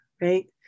right